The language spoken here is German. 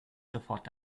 sofort